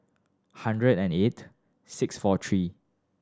hundred and eight six four three